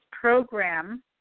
program